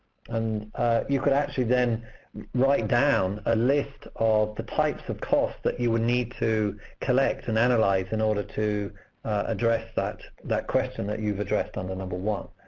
and you could actually then write down a list of the types of costs that you would need to collect and analyze in order to address that that question that you've addressed under number one.